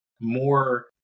more